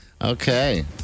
Okay